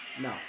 No